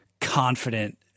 confident